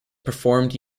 performed